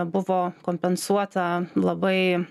buvo kompensuota labai